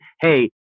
hey